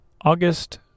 August